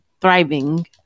Thriving